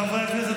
חברי הכנסת,